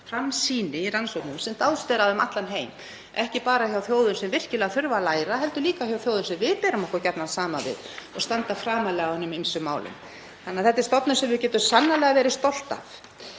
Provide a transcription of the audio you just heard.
framsýni í rannsóknum sem dáðst er að um allan heim, ekki bara hjá þjóðum sem virkilega þurfa að læra heldur líka hjá þjóðum sem við berum okkur gjarnan saman við og standa framarlega í hinum ýmsum málum. Þetta er því stofnun sem við getum sannarlega verið stolt af.